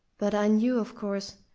but i knew, of course,